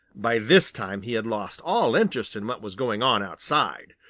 by this time he had lost all interest in what was going on outside.